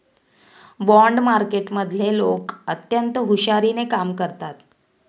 bond मार्केटमधले लोक अत्यंत हुशारीने कामं करतात